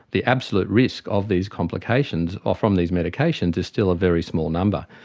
the absolute risk of these complications ah from these medications is still a very small number.